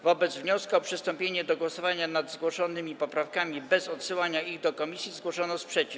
Wobec wniosku o przystąpienie do głosowania nad zgłoszonymi poprawkami bez odsyłania ich do komisji zgłoszono sprzeciw.